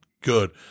Good